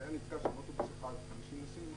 שהיה נפגש באוטובוס אחד עם 50 נוסעים,